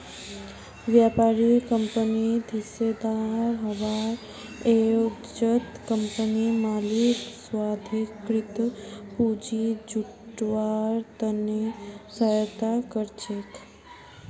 व्यापारी कंपनित हिस्सेदार हबार एवजत कंपनीर मालिकक स्वाधिकृत पूंजी जुटव्वार त न सहायता कर छेक